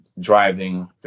driving